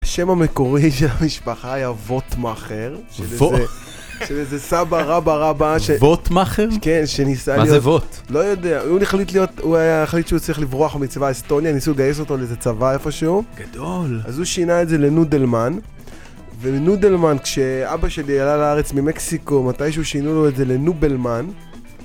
השם המקורי של המשפחה היה ווטמאחר ווט? של איזה סבא רבא רבא ווטמאחר? כן, שניסה להיות מה זה ווט? לא יודע, הוא היה החליט שהוא צריך לברוח מצבא אסטוניה ניסו גייס אותו לאיזה צבא איפשהו גדול אז הוא שינה את זה לנודלמן ולנודלמן כשאבא שלי עלה לארץ ממקסיקו מתישהו שינו לו את זה לנובלמן